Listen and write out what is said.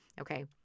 okay